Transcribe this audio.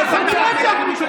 אתה לא תמשיך לנהל את הישיבה.